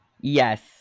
Yes